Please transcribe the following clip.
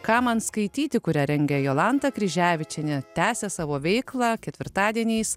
ką man skaityti kurią rengia jolanta kryževičienė tęsia savo veiklą ketvirtadieniais